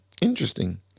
Interesting